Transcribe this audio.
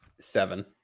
seven